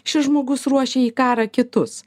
šis žmogus ruošė į karą kitus